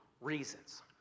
reasons